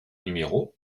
numéro